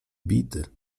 bity